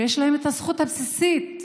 שיש להם הזכות הבסיסית